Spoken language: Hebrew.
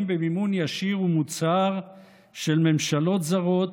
במימון ישיר ומוצהר של ממשלות זרות,